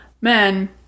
men